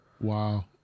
Wow